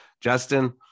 Justin